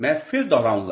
मैं फिर दोहराऊंगा